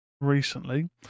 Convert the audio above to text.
recently